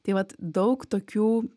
tai vat daug tokių